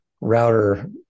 router